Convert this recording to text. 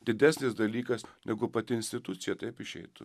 didesnis dalykas negu pati institucija taip išeitų